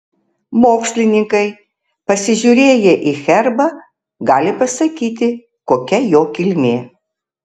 mokslininkai pasižiūrėję į herbą gali pasakyti kokia jo kilmė